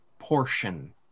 portion